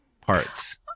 parts